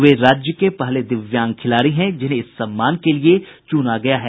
वे राज्य के पहले दिव्यांग खिलाड़ी है जिन्हें इस सम्मान के लिए चुना गया है